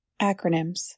Acronyms